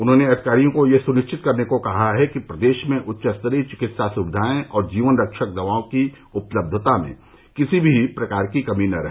उन्होंने अधिकारियों से यह सुनिश्चित करने को कहा कि प्रदेश में उच्चस्तरीय चिकित्सा सुविधाएं और जीवन रक्षक दवाओं की उपलब्धता में किसी भी प्रकार की कमी न रहे